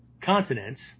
continents